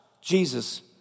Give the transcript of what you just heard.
Jesus